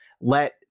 let